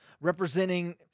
representing